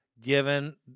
given